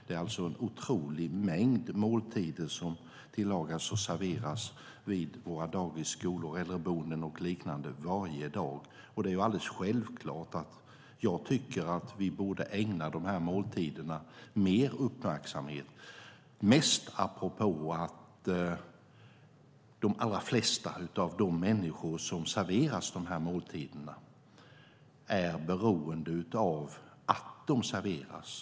Det är alltså en otrolig mängd måltider som tillagas och serveras vid våra dagis, skolor, äldreboenden och liknande varje dag. Det är alldeles självklart att jag tycker att vi borde ägna de här måltiderna mer uppmärksamhet - mest apropå att de allra flesta av de människor som serveras måltiderna är beroende av att de serveras.